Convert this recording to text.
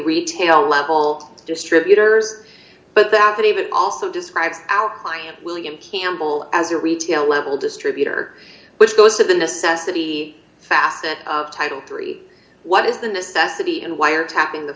retail level distributors but that even also describes our client william campbell as a retail level distributor which goes to the necessity facet of title three what is the necessity and wiretapping the